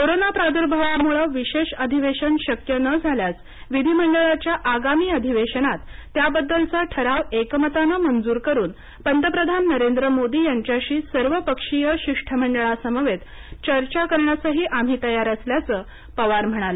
corona प्रादुर्भावामुळं विशेष अधिवेशन शक्य न झाल्यास विधिमंडळाच्या आगामी अधिवेशनात त्याबद्दलचा ठराव एकमतानं मंजूर करुन पंतप्रधान नरेंद्र मोदी यांच्याशी सर्वपक्षीय शिष्टमंडळासमवेत चर्चा करण्यासही आम्ही तयार असल्याचं पवार म्हणाले